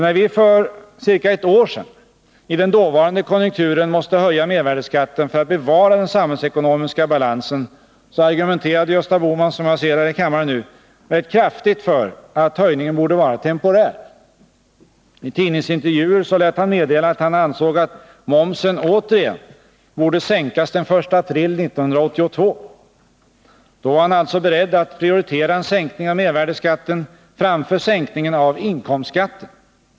När vi för ca ett år sedan i den dåvarande konjunkturen måste höja mervärdeskatten för att bevara den samhällsekonomiska balansen argumenterade Gösta Bohman, som jag ser här i kammaren, kraftigt för att höjningen borde vara temporär. I tidningsintervjuer lät han meddela att han ansåg att momsen återigen borde sänkas i april 1982. Då var han alltså beredd att prioritera en sänkning av mervärdeskatten framför sänkningen av inkomstskatten.